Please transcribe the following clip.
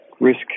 risk